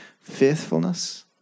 faithfulness